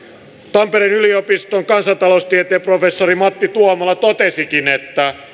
tampereen yliopiston kansantaloustieteen professori matti tuomala totesikin että